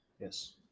Yes